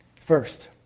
First